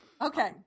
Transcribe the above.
Okay